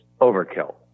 Overkill